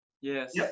Yes